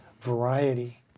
variety